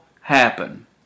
happen